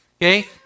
okay